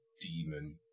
demon